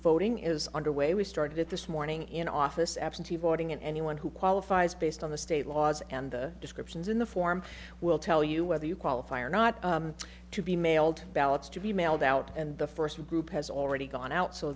voting is underway we started it this morning in office absentee voting anyone who qualifies based on the state laws and descriptions in the form will tell you whether you qualify or not to be mailed ballots to be mailed out and the first group has already gone out so